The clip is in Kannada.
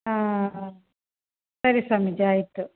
ಹಾಂ ಸರಿ ಸ್ವಾಮೀಜಿ ಆಯಿತು